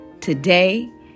today